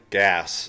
gas